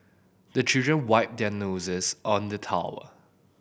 the children wipe their noses on the towel